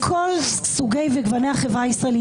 מכל סוגי וגוני החברה הישראלית.